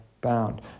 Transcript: bound